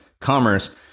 commerce